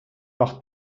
par